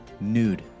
Nude